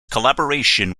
collaboration